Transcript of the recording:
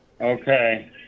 Okay